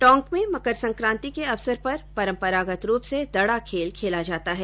टोंक में मकर सकांति के अवसर पर परम्परागत रूप से दड़ा खेल खेला जाता है